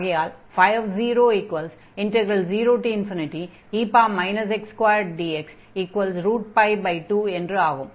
ஆகையால் 00e x2dx2 என்று ஆகும்